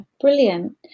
brilliant